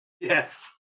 Yes